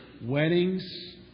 Weddings